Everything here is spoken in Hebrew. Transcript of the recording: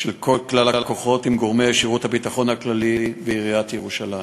של כלל הכוחות עם גורמי שירות הביטחון הכללי ועיריית ירושלים.